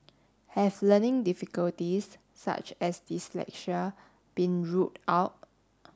have learning difficulties such as dyslexia been ruled out